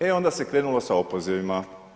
E onda se krenulo sa opozivima.